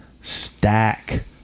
stack